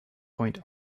point